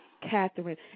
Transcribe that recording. Catherine